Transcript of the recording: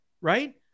Right